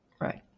right